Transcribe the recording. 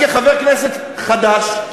כחבר כנסת חדש,